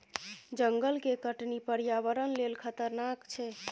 जंगल के कटनी पर्यावरण लेल खतरनाक छै